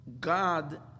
God